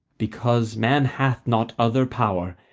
because man hath not other power,